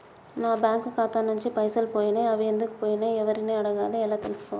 నా బ్యాంకు ఖాతా నుంచి పైసలు పోయినయ్ అవి ఎందుకు పోయినయ్ ఎవరిని అడగాలి ఎలా తెలుసుకోవాలి?